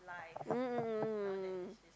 mm mm mm mm mm